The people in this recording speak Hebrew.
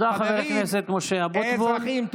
חברים, אזרחים,